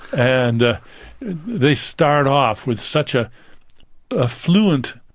and they start off with such a ah fluent,